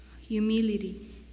humility